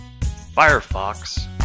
Firefox